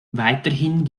weiterhin